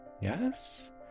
Yes